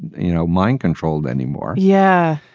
you know, mind controlled anymore. yeah.